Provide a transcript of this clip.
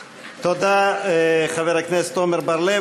תודה, חבר הכנסת עמר בר-לב.